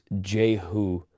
Jehu